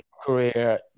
career